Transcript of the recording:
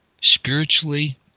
spiritually